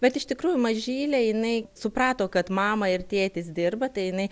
bet iš tikrųjų mažylė jinai suprato kad mama ir tėtis dirba tai jinai